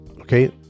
okay